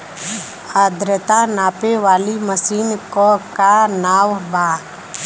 आद्रता नापे वाली मशीन क का नाव बा?